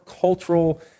cultural